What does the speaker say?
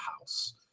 house